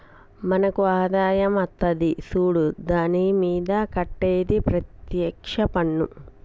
మనకు ఆదాయం అత్తది సూడు దాని మీద కట్టేది ప్రత్యేక్ష పన్నా